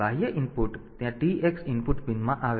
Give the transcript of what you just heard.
આ બાહ્ય ઇનપુટ ત્યાં T x ઇનપુટ પિનમાં આવે છે